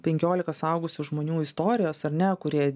penkiolika suaugusių žmonių istorijos ar ne kurie